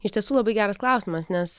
iš tiesų labai geras klausimas nes